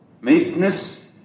meekness